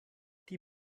die